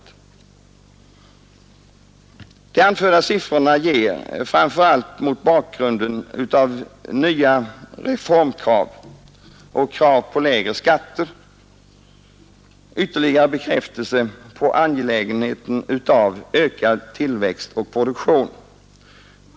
De anförda siffrorna ger, framför allt mot bakgrund av nya reformkrav och krav på lägre skatter, ytterligare bekräftelse på angelägenheten av ökad tillväxt och produktion.